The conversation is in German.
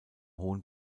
hohen